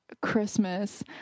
Christmas